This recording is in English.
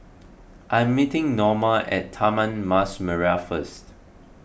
I am meeting Norma at Taman Mas Merah first